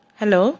Hello